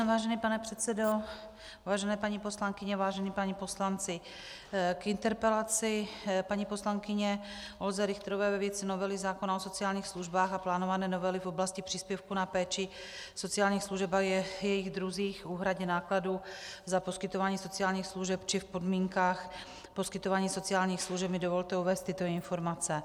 Vážený pane předsedo, vážené paní poslankyně, vážení páni poslanci, k interpelaci paní poslankyně Olgy Richterové ve věci novely zákona o sociálních službách a plánované novely v oblasti příspěvku na péči sociálních služeb a jejich druzích, úhradě nákladů za poskytování sociálních služeb či podmínkách poskytování sociálních služeb mi dovolte uvést tyto informace.